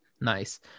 Nice